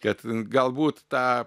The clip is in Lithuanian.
kad galbūt tą